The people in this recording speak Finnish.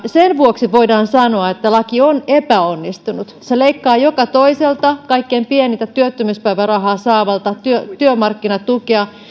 sen vuoksi voidaan sanoa että laki on epäonnistunut se leikkaa joka toiselta kaikkein pienintä työttömyyspäivärahaa ja työmarkkinatukea saavalta